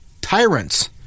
tyrants